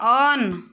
on